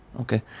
Okay